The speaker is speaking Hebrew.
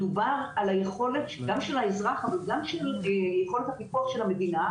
מדובר על היכולת גם של האזרח אבל גם של יכולת הפיקוח של המדינה,